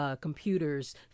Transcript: computers